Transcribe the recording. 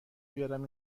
بیارم